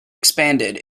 expanded